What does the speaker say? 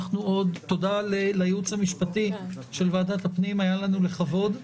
תודה לייעוץ המשפטי של ועדת הפנים, היה לנו לכבוד.